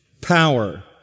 power